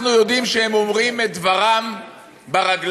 אנחנו יודעים שהם אומרים את דברם ברגליים.